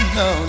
no